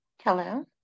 Hello